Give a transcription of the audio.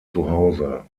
zuhause